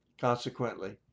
consequently